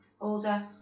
older